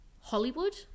Hollywood